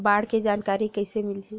बाढ़ के जानकारी कइसे मिलही?